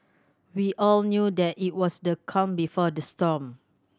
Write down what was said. we all knew that it was the calm before the storm